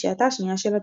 בשעתה השנייה של התכנית.